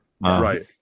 Right